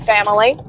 Family